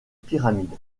pyramide